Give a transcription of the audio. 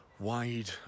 wide